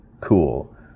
cool